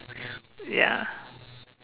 ya